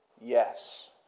Yes